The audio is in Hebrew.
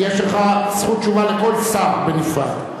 כי יש לך זכות תשובה לכל שר בנפרד,